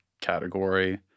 category